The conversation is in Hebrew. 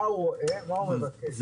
מה הוא רואה ומה הוא מבקש,